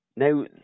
Now